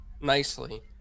nicely